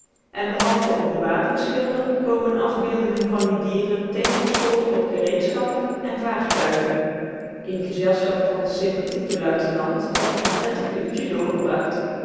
en behalve op de wapenschilden komen afbeeldingen dier dieren tevens voor op gereedschappen en vaartuigen in gezelschap van den sympathieken luitenant heb ik een prettig uurtje doorgebracht